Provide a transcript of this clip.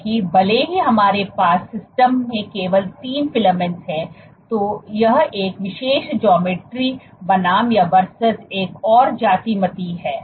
क्योंकि भले ही हमारे पास सिस्टम में केवल तीन फिलामेंट्स हों यह एक विशेष ज्यामिति geometry बनाम एक और ज्यामिति है